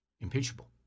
impeachable